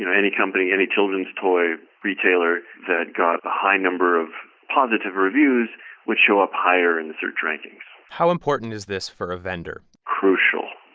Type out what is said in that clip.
you know any company, any children's toys retailer that got a high number of positive reviews would show up higher in the search rankings how important is this for a vendor? crucial,